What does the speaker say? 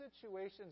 situations